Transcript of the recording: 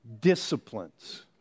disciplines